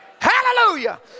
Hallelujah